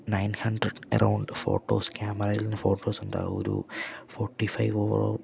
nine hundred around photos ക്യാമറയിൽ photos ഉണ്ടാവും ഒരു ഫോട്ടി ഫൈവ് ഓ